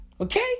Okay